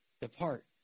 Depart